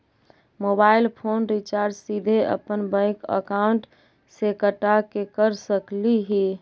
Mobile phone recharge सीधे अपन bank account से कटा के कर सकली ही?